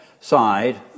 side